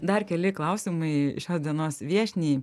dar keli klausimai šios dienos viešniai